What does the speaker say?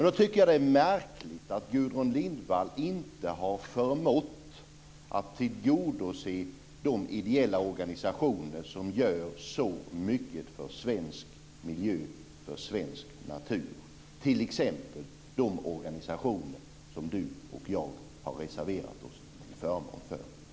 Det är märkligt att Gudrun Lindvall inte har förmått att tillgodose de ideella organisationer som gör så mycket för svensk miljö och natur, t.ex. de organisationer som Gudrun Lindvall och jag har reserverat oss till förmån för.